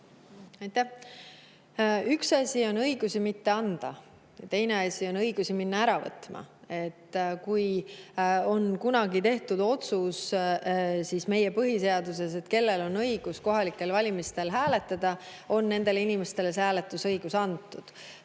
Üks asi on õigusi mitte anda ja teine asi on õigusi minna ära võtma. Kui kunagi on tehtud otsus meie põhiseaduses, et kellel on õigus kohalikel valimistel hääletada, siis on nendele inimestele see hääletusõigus antud.